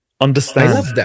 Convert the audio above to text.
Understand